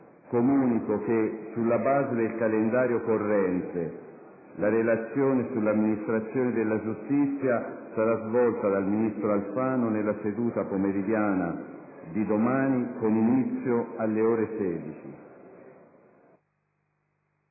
comunico che, sulla base del calendario corrente, la relazione sull'amministrazione della giustizia sarà svolta dal ministro Alfano nella seduta pomeridiana di domani, con inizio alle ore 16.